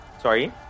Sorry